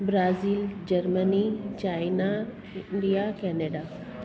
Brazil Germany China India Canada